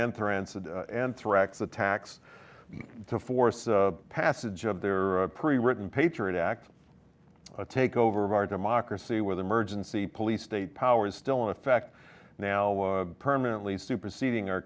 said anthrax attacks to force the passage of their pre written patriot act a takeover of our democracy with emergency police state power is still in effect now permanently superseding our